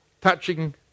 Touching